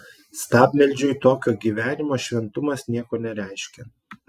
stabmeldžiui tokio gyvenimo šventumas nieko nereiškia